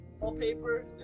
Wallpaper